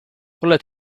oled